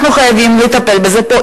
אנחנו חייבים לטפל בזה פה.